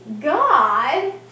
God